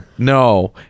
No